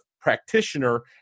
practitioner